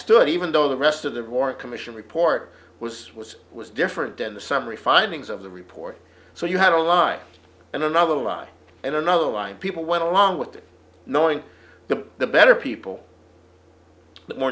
stood even though the rest of the warren commission report was was was different than the summary findings of the report so you had a line and another line and another line people went along with it knowing the the better people